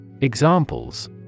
Examples